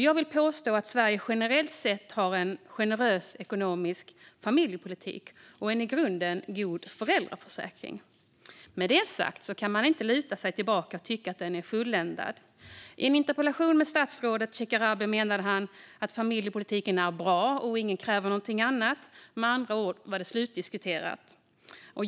Jag vill påstå att Sverige generellt sett har en generös ekonomisk familjepolitik och en i grunden god föräldraförsäkring. Med det sagt kan man inte luta sig tillbaka och tycka att den är fulländad. I en interpellationsdebatt med statsrådet Shekarabi menade han att familjepolitiken är bra och att ingen kräver någonting annat. Med andra ord var det slutdiskuterat.